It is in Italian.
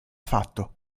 fatto